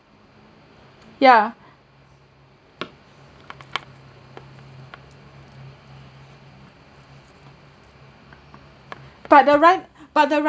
yeah but the ri~ but the rider